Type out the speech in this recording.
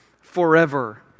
forever